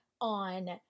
on